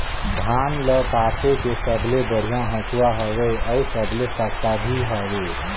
धान ल काटे के सबले बढ़िया हंसुवा हवये? अउ सबले सस्ता भी हवे?